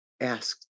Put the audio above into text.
ask